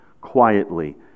quietly